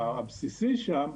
הבסיסי שם,